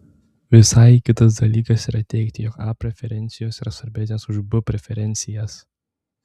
visai kitas dalykas yra teigti jog a preferencijos yra svarbesnės už b preferencijas